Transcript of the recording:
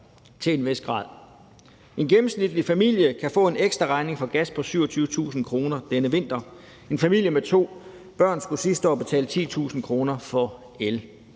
til en vis grad. En gennemsnitlig familie kan få en ekstra gasregning på 27.000 kr. denne vinter. En familie med to børn skulle sidste år betale 10.000 kr. for el,